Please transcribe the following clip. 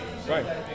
Right